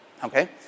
Okay